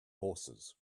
horses